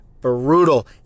brutal